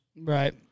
Right